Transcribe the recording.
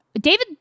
David